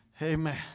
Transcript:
Amen